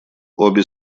обе